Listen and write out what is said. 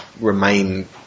remain